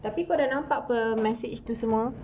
tapi kau sudah nampak tu message ke semua